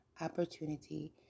Opportunity